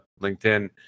LinkedIn